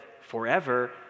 forever